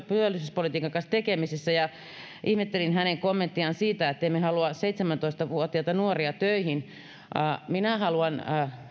työllisyyspolitiikan kanssa tekemisissä ja ihmettelin hänen kommenttiaan siitä ettemme halua seitsemäntoista vuotiaita nuoria töihin minä haluan